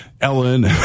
Ellen